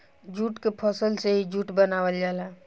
jute के फसल से ही जूट बनावल जाला